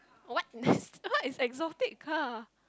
what is what is exotic car